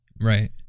right